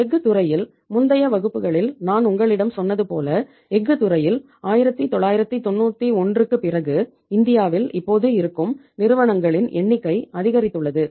எஃகு துறையில் முந்தைய வகுப்புகளில் நான் உங்களிடம் சொன்னது போல எஃகு துறையில் 1991 க்குப் பிறகு இந்தியாவில் இப்போது இருக்கும் நிறுவனங்களின் எண்ணிக்கை அதிகரித்துள்ளது